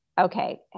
okay